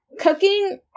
Cooking